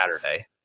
saturday